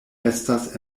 estas